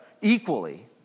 equally